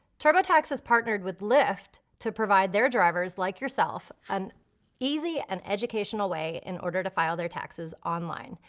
turbotax has partnered with lyft to provide their drivers, like yourself an easy and educational way in order to file their taxes online.